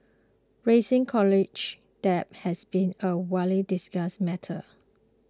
rising college debt has been a widely discussed matter